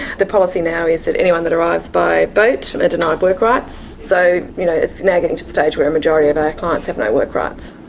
the policy now is that anyone that arrives by boat are denied work rights. so you know it's now getting to a stage where a majority of our clients have no work rights.